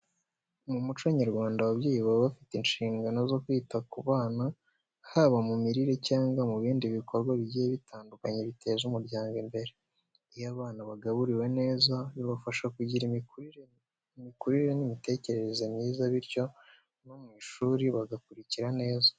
Mu muco nyarwanda ababyeyi baba bafite inshingano zo kwita ku bana, haba mu mirire cyangwa mu bindi bikorwa bigiye bitandukanye biteza umuryango imbere. Iyo abana bagaburiwe neza bibafasha kugira imikurire n'imitekerereze myiza bityo no mu ishuri bagakurikira neza.